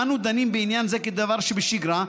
אנו דנים בעניין זה כדבר שבשגרה,